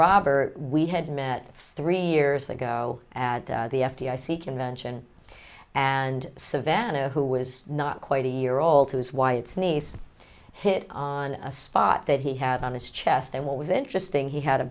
robert we had met three years ago at the f d i c convention and savannah who was not quite a year old who is why it's nice hit on a spot that he had on his chest and what was interesting he had a